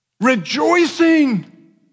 rejoicing